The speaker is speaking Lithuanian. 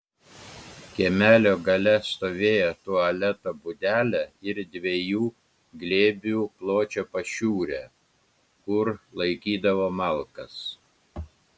kiemelio gale stovėjo tualeto būdelė ir dviejų glėbių pločio pašiūrė kur laikydavo malkas